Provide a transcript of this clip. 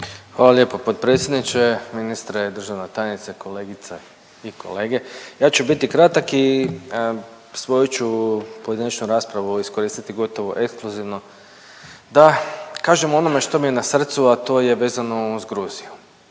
Hvala lijepa potpredsjedniče, ministre, državna tajnice, kolegice i kolege ja ću biti kratak i svoju ću pojedinačnu raspravu iskoristiti gotovo ekskluzivno da kažem o onome što mi je na srcu, a to je vezano uz Gruziju.